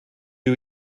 you